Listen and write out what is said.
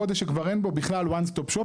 חודש שכבר אין בו בכלל "One Stop Shop",